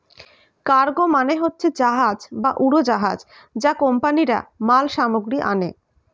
cargo মানে হচ্ছে জাহাজ বা উড়োজাহাজ যা কোম্পানিরা মাল সামগ্রী আনে